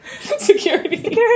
Security